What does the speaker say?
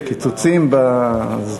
קיצוצים ביממה.